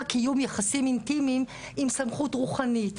קיום יחסים אינטימיים עם סמכות רוחנית,